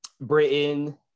Britain